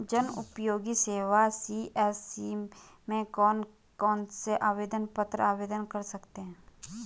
जनउपयोगी सेवा सी.एस.सी में कौन कौनसे आवेदन पत्र आवेदन कर सकते हैं?